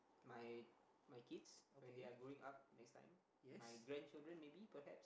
my my kids when they're growing up next time my grandchildren maybe perhaps